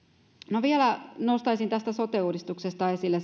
vielä nostaisin sote uudistuksesta esille